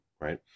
right